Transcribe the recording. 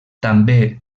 també